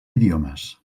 idiomes